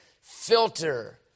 filter